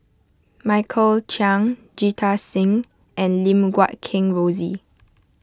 Michael Chiang Jita Singh and Lim Guat Kheng Rosie